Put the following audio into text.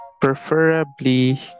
preferably